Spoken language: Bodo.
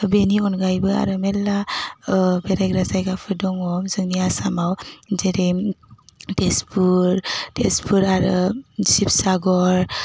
दा बेनि अनगायैबो आरो मेरला बेरायग्रा जायगाफोर दङ जोंनि आसामाव जेरै तेजपुर तेजपुर आरो शिबसागर